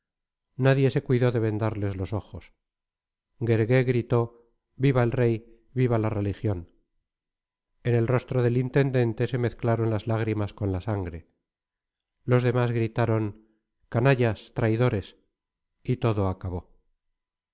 nadie se cuidó de vendarles los ojos guergué gritó viva el rey viva la religión en el rostro del intendente se mezclaron las lágrimas con la sangre los demás gritaron canallas traidores y todo acabó